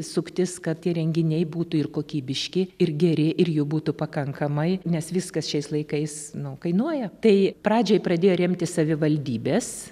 suktis kad tie renginiai būtų ir kokybiški ir geri ir jų būtų pakankamai nes viskas šiais laikais nu kainuoja tai pradžiai pradėjo remti savivaldybės